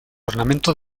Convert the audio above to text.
ornamento